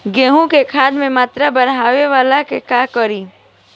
गेहूं में खाद के मात्रा बढ़ावेला का करी?